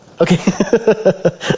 Okay